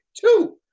Two